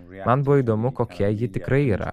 man buvo įdomu kokia ji tikrai yra